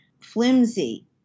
Flimsy